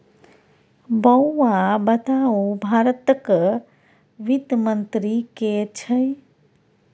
बौआ बताउ भारतक वित्त मंत्री के छै?